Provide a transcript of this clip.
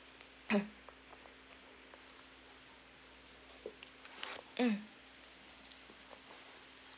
mm